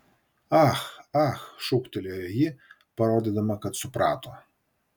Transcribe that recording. ah ah šūktelėjo ji parodydama kad suprato